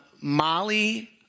Molly